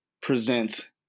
present